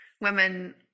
women